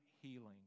healing